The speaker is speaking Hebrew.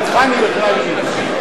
אתך אני בכלל לא מדבר.